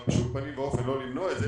אבל בשום פנים ואופן לא למנוע אותו,